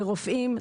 לרופאים,